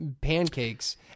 pancakes